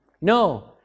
No